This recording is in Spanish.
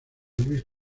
luis